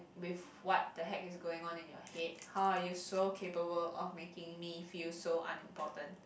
with what the heck is going on in your head how are you so capable of making me feel so unimportant